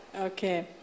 Okay